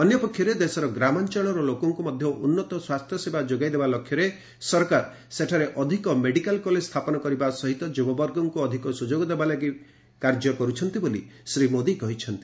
ଅନ୍ୟପକ୍ଷରେ ଦେଶର ଗ୍ରାମାଞ୍ଚଳର ଲୋକଙ୍କୁ ମଧ୍ୟ ଉନ୍ନତ ସ୍ୱାସ୍ଥ୍ୟସେବା ଯୋଗାଇଦେବା ଲକ୍ଷ୍ୟରେ ସରକାର ସେଠାରେ ଅଧିକ ମେଡ଼ିକାଲ କଲେଜ ସ୍ଥାପନ କରିବା ସହିତ ଯୁବବର୍ଗଙ୍କୁ ଅଧିକ ସୁଯୋଗ ଦେବା ଲାଗି କାର୍ଯ୍ୟ କରୁଛନ୍ତି ବୋଲି ଶ୍ରୀ ମୋଦୀ କହିଛନ୍ତି